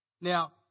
Now